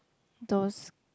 those